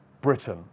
Britain